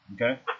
Okay